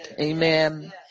Amen